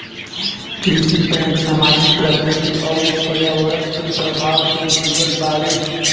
कृषि बैंक सामाजिक, प्राकृतिक अउर पर्यावरण के प्रभाव से जुड़ल बावे